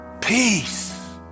peace